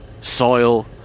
soil